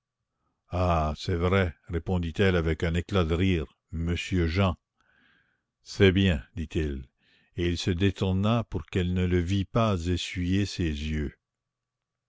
ah c'est vrai répondit-elle avec un éclat de rire monsieur jean c'est bien dit-il et il se détourna pour qu'elle ne le vît pas essuyer ses yeux